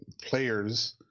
players